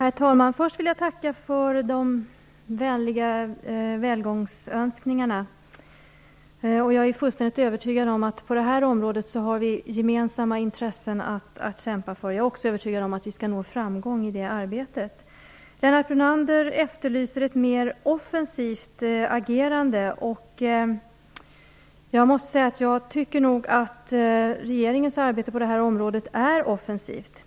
Herr talman! Först vill jag tacka för de vänliga välgångsönskningarna. Jag är fullständigt övertygad om att vi på det här området har gemensamma intressen att kämpa för. Jag är också övertygad om att vi skall nå framgång i det arbetet. Lennart Brunander efterlyser ett mer offensivt agerande. Jag tycker nog att regeringens arbete på området är offensivt.